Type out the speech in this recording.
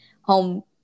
home